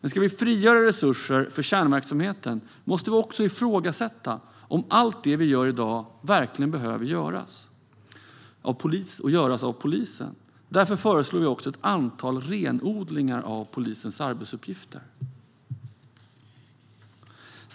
Men om vi ska frigöra resurser för kärnverksamheten måste vi också ifrågasätta om allt det vi gör i dag verkligen behöver göras av polisen. Därför föreslår vi också ett antal renodlingar av polisens arbetsuppgifter.